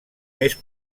més